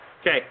Okay